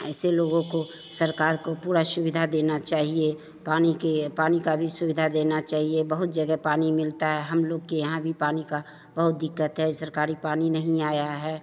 ऐसे लोगों को सरकार को पूरा सुविधा देनी चाहिए पानी के पानी की भी सुविधा देनी चाहिए बहुत जगह पानी मिलता है हमलोग के यहाँ भी पानी की बहुत दिक्कत है सरकारी पानी नहीं आया है